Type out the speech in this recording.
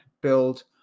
build